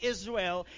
Israel